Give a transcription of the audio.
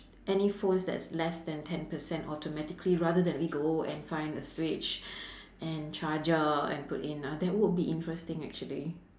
any phones that is less than ten percent automatically rather than we go and find a switch and charger and put in uh that would be interesting actually